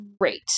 great